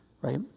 right